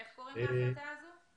איך קוראים להחלטה הזו?